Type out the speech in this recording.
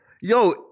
Yo